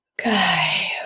Okay